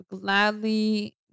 gladly